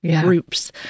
groups